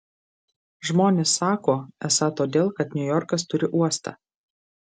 žmonės sako esą todėl kad niujorkas turi uostą